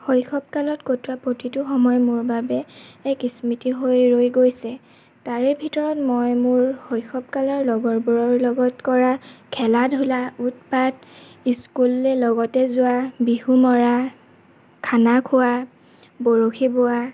শৈশৱ কালত কটোৱা প্ৰতিটো সময় মোৰ বাবে এক স্মৃতি হৈ ৰৈ গৈছে তাৰে ভিতৰত মই মোৰ শৈশৱকালৰ লগৰবোৰৰ লগত কৰা খেলা ধূলা উৎপাত স্কুললৈ লগতে যোৱা বিহু মৰা খানা খোৱা বৰশী বোৱা